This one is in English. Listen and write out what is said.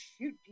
shoot